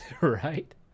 Right